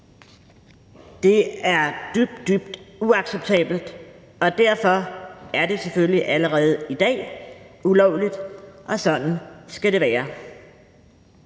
orden er dybt, dybt uacceptabelt, og derfor er det selvfølgelig allerede i dag ulovligt, og sådan skal det være.